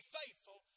faithful